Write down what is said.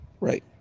Right